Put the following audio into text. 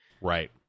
Right